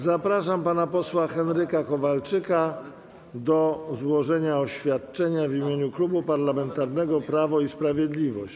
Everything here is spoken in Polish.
Zapraszam pana posła Henryka Kowalczyka do złożenia oświadczenia w imieniu Klubu Parlamentarnego Prawo i Sprawiedliwość.